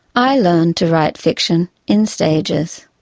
i learned to write fiction in stages.